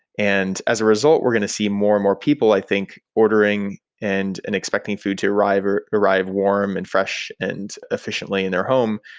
as a result we're going to see more and more people i think ordering and and expecting food to arrive or arrive warm and fresh and efficiently in their home.